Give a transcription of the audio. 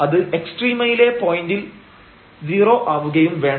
അത് എക്സ്ട്രീമയിലെ പോയന്റിൽ 0 ആവുകയും വേണം